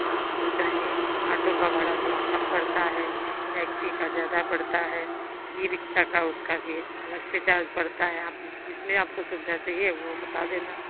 आप जो चाहे ऑटो का भाड़ा थोड़ा कम पड़ता है टैक्सी का ज़्यादा पड़ता है ई रिक्शा का उसका भी अलग से चार्ज पड़ता है आप जिस जिसमें आपको सुविधा चाहिए वो बता देना